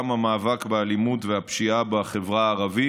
גם המאבק באלימות והפשיעה בחברה הערבית,